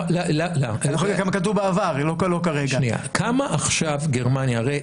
אני יכול להגיד